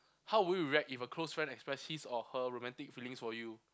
how will you react if a close friend express his or her romantic feelings for you